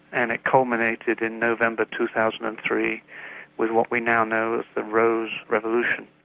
and it culminated in november two thousand and three with what we now know as the rose revolution.